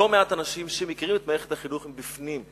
לא מעט אנשים שמכירים את מערכת החינוך מבפנים,